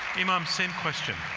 imam, same question,